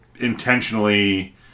intentionally